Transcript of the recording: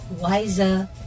Wiser